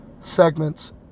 segments